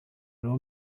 nur